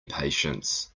patience